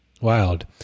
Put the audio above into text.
wild